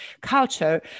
culture